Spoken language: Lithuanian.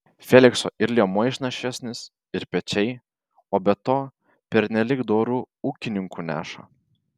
felikso ir liemuo išnašesnis ir pečiai o be to pernelyg doru ūkininku neša